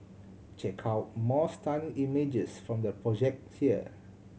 check out more stunning images from the project here